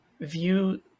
view